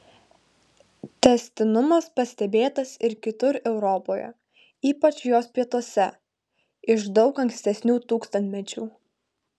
tęstinumas pastebėtas ir kitur europoje ypač jos pietuose iš daug ankstesnių tūkstantmečių